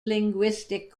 linguistic